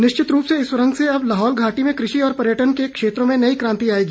निश्चित रूप से इस सूरंग से अब लाहौल घाटी में कृषि और पर्यटन के क्षेत्रों में नई क्रांति आएगी